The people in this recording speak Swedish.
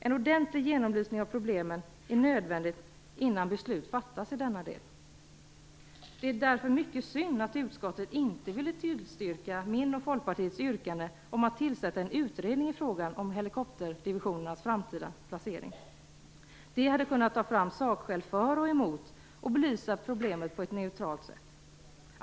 En ordentlig genomlysning av problemen är nödvändig innan beslut fattas i denna del. Det är därför verkligen synd att inte utskottet vill tillstyrka mitt och Folkpartiets yrkande om att tillsätta en utredning i fråga om helikopterdivisionernas framtida placering. Det hade kunnat ta fram sakskäl för och emot samt belysa problemet på ett neutralt sätt.